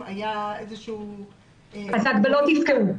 ההגבלות יתקיימו.